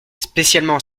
spécialement